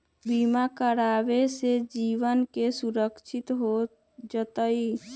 बीमा करावे से जीवन के सुरक्षित हो जतई?